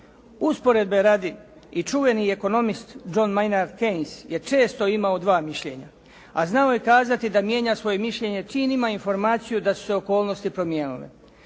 Usporedbe radi i čuveni ekonomist John Maynar Keynes je često imao dva mišljenja, a znao je kazati da mijenja svoje mišljenje čim ima informaciju da su se okolnosti promijenile.